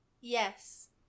yes